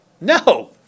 No